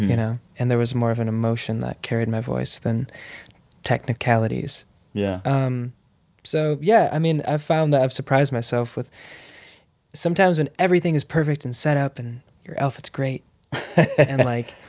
you know and there was more of an emotion that carried my voice than technicalities yeah um so yeah. i mean, i've found that i've surprised myself with sometimes, when everything is perfect and set up and your outfit's great. and like,